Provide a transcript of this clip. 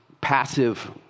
passive